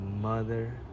Mother